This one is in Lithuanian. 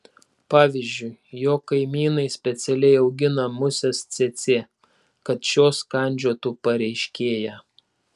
pavyzdžiui jog kaimynai specialiai augina muses cėcė kad šios kandžiotų pareiškėją